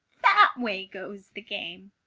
that way goes the game.